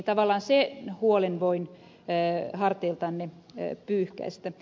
tavallaan sen huolen voin harteiltanne pyyhkäistä